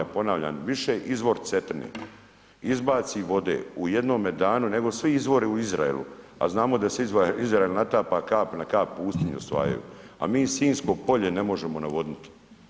Ponavljam, više izvor Cetine izbaci vode u jednome danu nego svi izvori u Izraelu a znamo da se Izrael natapa kap na kap pustinju ... A mi Sinjsko polje ne možemo navodniti.